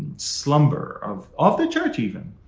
slumber of of the church even,